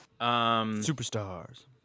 Superstars